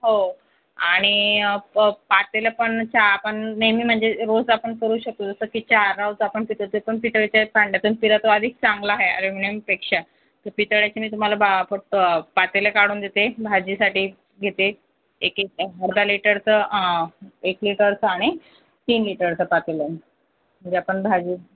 हो आणि प पातेलं पण चहा पण नेहमी म्हणजे रोज आपण करू शकू पितळेच्या भांड्यातुन प्याला तर अधिक चांगला आहे अल्युमिनियमपेक्षा पितळेचे मी तुम्हाला भा फक्त पातेलं काढून देते भाजीसाठी घेते एक एक अर्धा लिटरचं एक लिटरचं आणि तीन लिटरचं पातेलं त्यामध्ये आपण भाजी